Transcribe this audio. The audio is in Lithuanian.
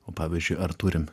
o pavyzdžiui ar turim